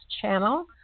channel